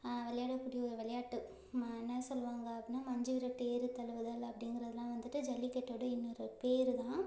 விளையாடக்கூடிய ஒரு விளையாட்டு என்ன சொல்லுவாங்க அப்படினா மஞ்சுவிரட்டு ஏறுதழுவுதல் அப்படிங்கிறதுலாம் வந்துட்டு ஜல்லிக்கட்டோட இன்னொரு பேர்தான்